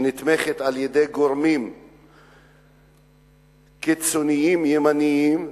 שנתמכת על-ידי גורמים קיצוניים ימניים,